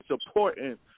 supporting